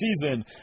season